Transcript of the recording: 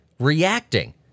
reacting